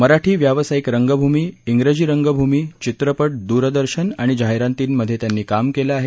मराठी व्यावसायिक रंगभूमी विजी रंगभूमी चित्रपट दूरदर्शन आणि जाहिरातींमध्ये त्यांनी काम केलं आहे